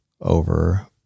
over